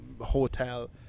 hotel